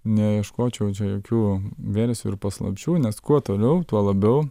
neieškočiau čia jokių versijų ir paslapčių nes kuo toliau tuo labiau